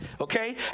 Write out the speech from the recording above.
Okay